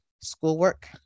schoolwork